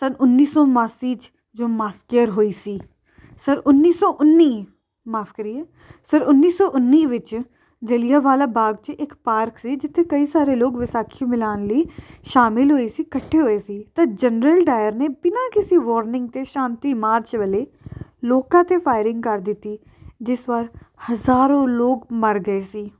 ਸੰਨ ਉੱਨੀ ਸੌ ਉਣਾਸੀ 'ਚ ਜੋ ਹੋਈ ਸੀ ਸੰਨ ਉੱਨੀ ਸੌ ਉੱਨੀ ਮਾਫ ਕਰੀਏ ਸੰਨ ਉੱਨੀ ਸੌ ਉੱਨੀ ਵਿੱਚ ਜਲਿਆਂਵਾਲਾ ਬਾਗ 'ਚ ਇੱਕ ਪਾਰਕ ਸੀ ਜਿੱਥੇ ਕਈ ਸਾਰੇ ਲੋਕ ਵਿਸਾਖੀ ਮਿਨਾਲ ਲਈ ਸ਼ਾਮਿਲ ਹੋਏ ਸੀ ਇਕੱਠੇ ਹੋਏ ਸੀ ਅਤੇ ਜਰਨਲ ਡਾਇਰ ਨੇ ਬਿਨਾਂ ਕਿਸੇ ਵੋਰਨਿੰਗ 'ਤੇ ਸ਼ਾਂਤੀ ਮਾਰਚ ਵੇਲੇ ਲੋਕਾਂ 'ਤੇ ਫਾਇਰਿੰਗ ਕਰ ਦਿੱਤੀ ਜਿਸ ਵਕਤ ਹਜ਼ਾਰਾਂ ਲੋਕ ਮਰ ਗਏ ਸੀ